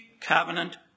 covenant